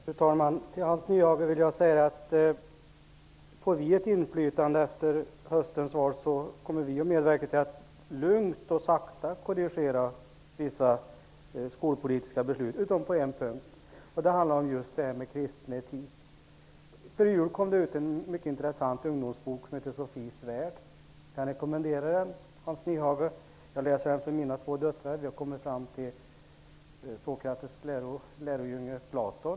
Fru talman! Till Hans Nyhage vill jag säga att om vi får något inflytande efter höstens val så kommer vi att medverka till att vissa skolpolitiska beslut korrigeras lugnt och sakta utom på en punkt; detta med kristen etik. Före jul kom en mycket intressant ungdomsbok ut, som heter Sofies värld. Jag kan rekommendera den, Hans Nyhage. Jag läser den för mina två döttrar, och vi har kommit fram till Sokrates lärjunge Platon.